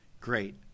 Great